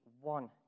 one